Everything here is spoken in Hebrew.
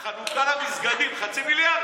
הקופה הקטנה, חלוקה למסגדים, חצי מיליארד?